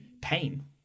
pain